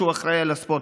שאחראי לספורט.